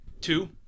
Two